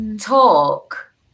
Talk